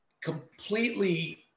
completely